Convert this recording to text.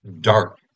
dark